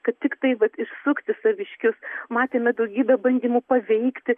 kad tiktai vat išsukti saviškius matėme daugybę bandymų paveikti